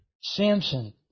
Samson